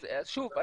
שוב,